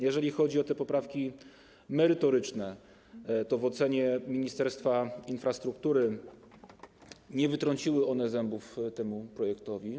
Jeżeli chodzi o poprawki merytoryczne, to w ocenie Ministerstwa Infrastruktury nie wybiły one zębów temu projektowi.